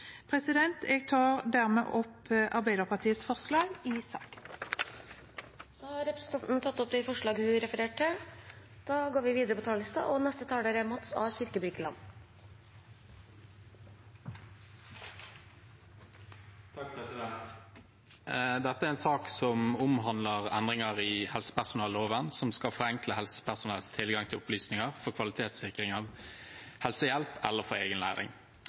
Jeg tar dermed opp Arbeiderpartiets forslag i saken. Representanten Hege Haukeland Liadal har tatt opp de forslagene hun refererte til. Dette er en sak som omhandler endringer i helsepersonelloven som skal forenkle helsepersonells tilgang til opplysninger for kvalitetssikring av helsehjelp eller for egen læring.